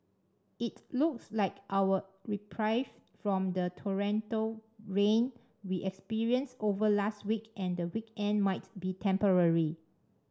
it looks like our reprieve from the torrential rain we experienced over last week and the weekend might be temporary